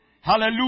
Hallelujah